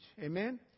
Amen